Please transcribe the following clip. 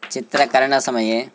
चित्रकरणसमये